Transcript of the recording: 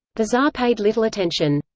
the tsar paid little attention.